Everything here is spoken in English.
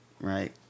Right